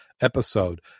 episode